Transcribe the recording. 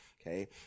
Okay